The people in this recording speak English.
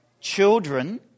children